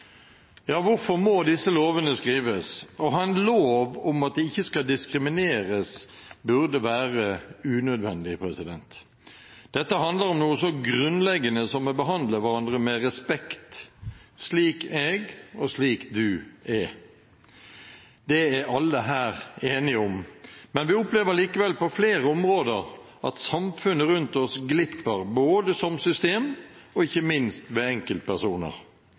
Hvorfor må disse lovene skrives? Å ha en lov om at det ikke skal diskrimineres, burde være unødvendig. Dette handler om noe så grunnleggende som å behandle hverandre med respekt, slik jeg er, og slik du er. Det er alle her enige om, men vi opplever likevel på flere områder at samfunnet rundt oss glipper, som system og ikke minst ved enkeltpersoner.